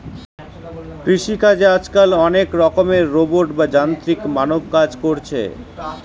কৃষি চাষে আজকাল অনেক রকমের রোবট বা যান্ত্রিক মানব কাজ কোরছে